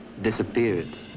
disappeared